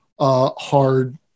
hard